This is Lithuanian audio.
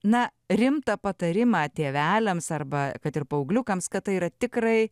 na rimtą patarimą tėveliams arba kad ir paaugliukams kad tai yra tikrai